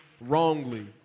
wrongly